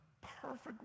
perfect